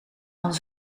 van